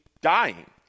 dying